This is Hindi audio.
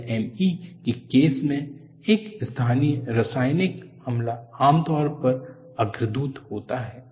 LME के केस में एक स्थानीय रासायनिक हमला आमतौर पर अग्रदूत होता है